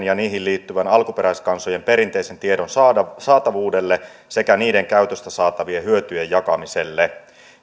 ja niihin liittyvän alkuperäiskansojen perinteisen tiedon saatavuudelle sekä niiden käytöstä saatavien hyötyjen jakamiselle